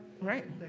Right